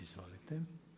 Izvolite.